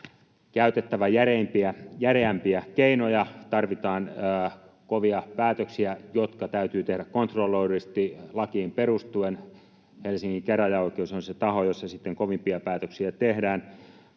käytettävä järeämpiä keinoja. Tarvitaan kovia päätöksiä, jotka täytyy tehdä kontrolloidusti lakiin perustuen — Helsingin käräjäoikeus on se taho, jossa sitten kovimpia päätöksiä tehdään